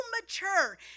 mature